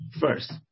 first